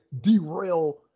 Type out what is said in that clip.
derail